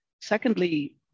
Secondly